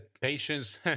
patience